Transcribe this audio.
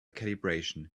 calibration